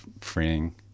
freeing